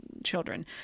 children